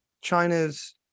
China's